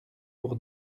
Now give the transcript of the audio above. pour